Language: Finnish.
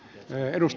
kannatan